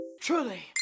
Truly